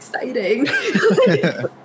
Exciting